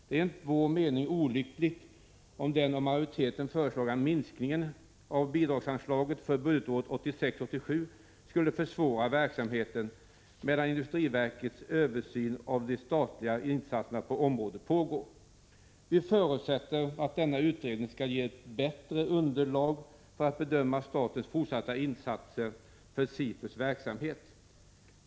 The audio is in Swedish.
Det är enligt vår mening olyckligt om den av majoriteten föreslagna minskningen av bidragsanslaget för budgetåret 1986/87 skulle försvåra verksamheten medan industriverkets översyn av de statliga insatserna på området pågår. Vi förutsätter att denna utredning skall ge ett bättre underlag för att bedöma statens fortsatta insatser för SIFU:s verksamhet.